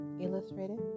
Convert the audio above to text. illustrated